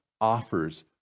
offers